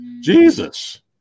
Jesus